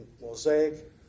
mosaic